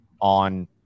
on